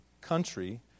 country